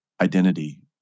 identity